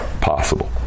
possible